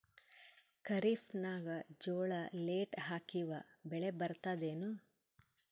ಖರೀಫ್ ನಾಗ ಜೋಳ ಲೇಟ್ ಹಾಕಿವ ಬೆಳೆ ಬರತದ ಏನು?